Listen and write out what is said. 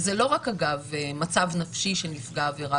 וזה לא רק אגב מצב נפשי של נפגע עבירה,